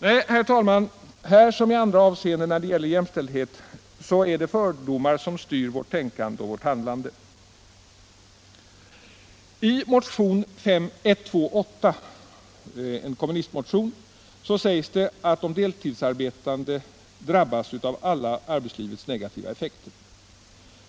Nej, herr talman, här som i andra avseenden när det gäller jämställdhet är det fördomar som styr vårt tänkande och handlande. I motionen 1976/77:128, som är en kommunistmotion, sägs att de deltidsarbetande drabbas av arbetslivets alla negativa effekter.